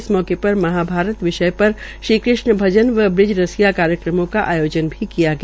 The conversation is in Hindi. इस मौके पर महाभारत विषय पर श्री कृष्ण भजन व ब्रज रसिया कार्यक्रमों का आयोजन भी किया गया